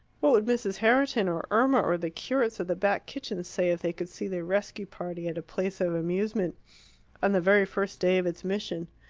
what would mrs. herriton, or irma, or the curates at the back kitchen say if they could see the rescue party at a place of amusement on the very first day of its mission?